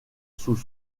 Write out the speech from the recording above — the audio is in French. sous